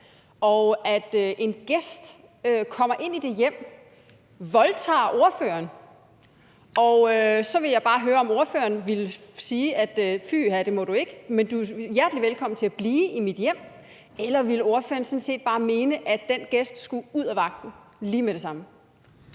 og at en gæst kommer ind i hjemmet og voldtager ordføreren. Så vil jeg bare høre, om ordføreren ville sige: Fy, det må du ikke, men du er hjertelig velkommen til at blive i mit hjem. Eller ville ordføreren sådan set bare mene, at den gæst skulle ud af vagten lige med det samme?